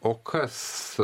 o kas